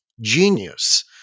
Genius